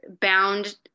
bound